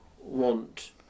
want